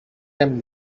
them